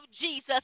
Jesus